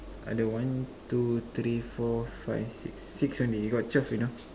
uh the one two three four five six six only you got twelve you know